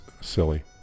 silly